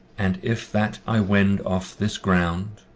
and if that i wend off this ground,